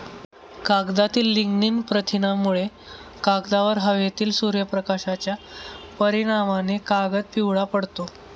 कागदातील लिग्निन प्रथिनांमुळे, कागदावर हवेतील सूर्यप्रकाशाच्या परिणामाने कागद पिवळा पडतो